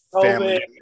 family